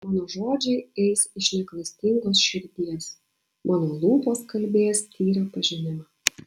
mano žodžiai eis iš neklastingos širdies mano lūpos kalbės tyrą pažinimą